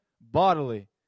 bodily